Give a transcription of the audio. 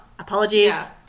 Apologies